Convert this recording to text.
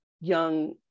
young